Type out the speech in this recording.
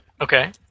Okay